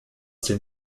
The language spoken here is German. den